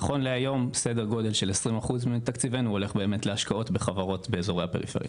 נכון להיום 20% מתקציבנו הולך באמת להשקעות באזורי הפריפריה.